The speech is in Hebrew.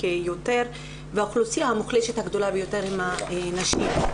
יותר והאוכלוסייה המוחלשת הגדולה ביותר היא הנשים.